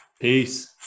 Peace